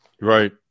Right